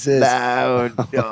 Loud